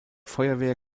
feuerwehr